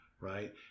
right